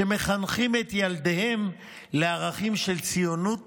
שמחנכים את ילדיהם לערכים של ציונות